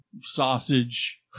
Sausage